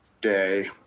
day